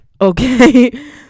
okay